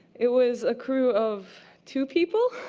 it was a crew of two people.